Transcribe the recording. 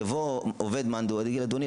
יבוא עובד מאן דהוא ויגיד: אדוני,